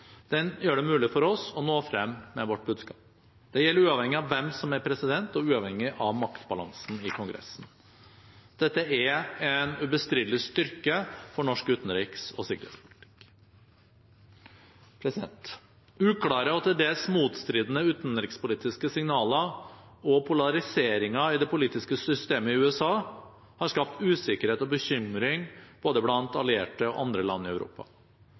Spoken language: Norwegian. gjør det mulig for oss å nå frem med vårt budskap. Det gjelder uavhengig av hvem som er president, og uavhengig av maktbalansen i Kongressen. Dette er en ubestridelig styrke for norsk utenriks- og sikkerhetspolitikk. Uklare og til dels motstridende utenrikspolitiske signaler og polariseringen i det politiske systemet i USA har skapt usikkerhet og bekymring blant både allierte og andre land i Europa.